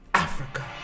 Africa